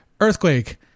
Earthquake